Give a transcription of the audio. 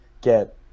get